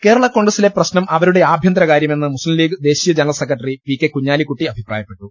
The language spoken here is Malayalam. കേരള കോൺഗ്രസിലെ പ്രശ്നം അവരുടെ ആഭ്യന്തര കാര്യ മെന്ന് മുസ്തിം ലീഗ് ദേശീയ general secretary P K Kunhalikutty അഭിപ്രായപ്പെട്ടു